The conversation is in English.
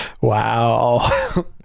Wow